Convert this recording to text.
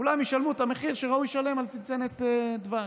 כולם ישלמו את המחיר שראוי לשלם על צנצנת דבש.